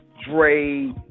Dre